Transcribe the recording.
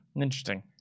interesting